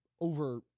over